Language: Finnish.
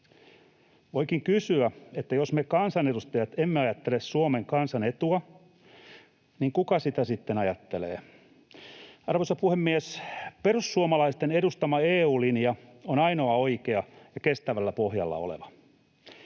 Voikin kysyä, että jos me kansanedustajat emme ajattele Suomen kansan etua, niin kuka sitä sitten ajattelee. Arvoisa puhemies! Perussuomalaisten edustama EU-linja on ainoa oikea ja kestävällä pohjalla oleva.